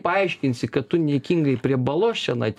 paaiškinsi kad tu niekingai prie balos čionai